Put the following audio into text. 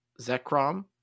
Zekrom